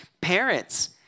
parents